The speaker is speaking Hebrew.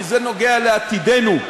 כי זה נוגע לעתידנו.